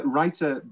Writer